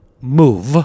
move